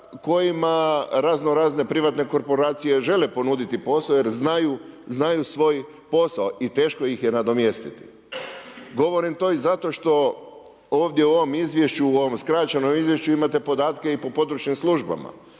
kojima razno razne privatne korporacije žele ponuditi posao jer znaju svoj posao i teško ih je nadomjestiti. Govorim to i zato što ovdje u ovom izvješću, u ovom skraćenom izvješću imate podatke i po područnim službama.